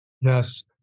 Yes